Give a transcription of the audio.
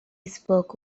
spoke